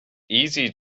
easy